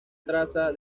traza